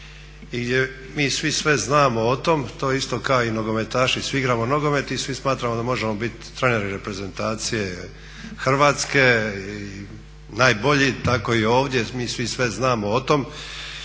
i gdje mi svi sve znamo o tom, to je isto kao i nogometaši svi igramo nogomet i svi smatramo da možemo bit treneri reprezentacije Hrvatske, najbolji. Tako i ovdje mi svi sve znamo o tom